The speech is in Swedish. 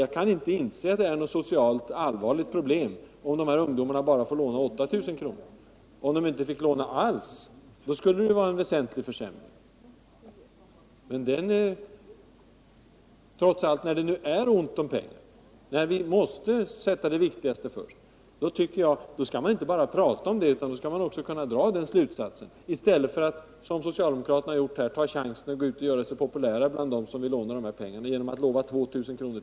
Jag kan inte inse att det skulle innebära ett allvarligt socialt problem om dessa ungdomar får låna bara 8 000 kr. Om de inte fick låna alls, skulle det däremot vara en väsentlig försämring. När det nu är ont om pengar så att vi måste sätta det viktigaste främst, då skall man inte bara prata om det. Man skall ta konsekvenserna i stället för att — som socialdemokraterna här har gjort —ta chansen att gå ut och göra sig populär bland dem som vill låna, genom att utlova ytterligare 2 000 kr. och genom att lova 10 kr. lägre ränta i månaden.